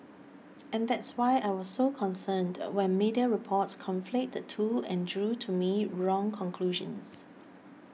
and that's why I was so concerned when media reports conflate the two and drew to me wrong conclusions